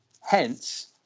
hence